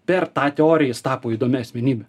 per tą teoriją jis tapo įdomia asmenybe